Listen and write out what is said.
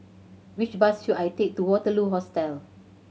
which bus should I take to Waterloo Hostel